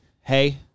hey